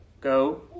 Go